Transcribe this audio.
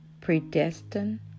Predestined